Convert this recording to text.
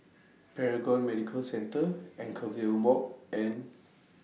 Paragon Medical Centre Anchorvale Walk and